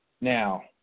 Now